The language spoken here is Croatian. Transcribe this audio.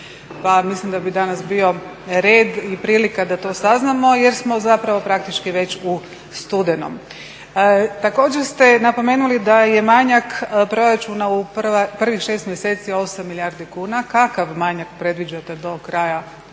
Mislim da bi danas bio red i prilika da to saznamo jer smo zapravo praktički već u studenom. Također ste napomenuli da je manjak proračuna u prvih 6 mjeseci 8 milijardi kuna. Kakav manjak predviđate do kraja ove